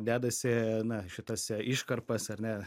dedasi na šitas iškarpas ar ne